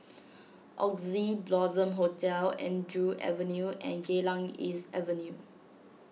Oxley Blossom Hotel Andrew Avenue and Geylang East Avenue